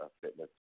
fitness